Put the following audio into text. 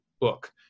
book